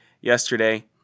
yesterday